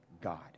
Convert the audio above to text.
God